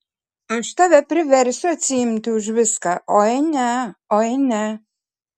aš tave priversiu atsiimti už viską oi ne oi ne